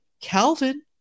Calvin